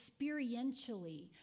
experientially